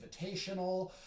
Invitational